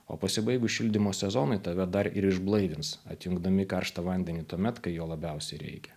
o pasibaigus šildymo sezonui tave dar ir išblaivins atjungdami karštą vandenį tuomet kai jo labiausiai reikia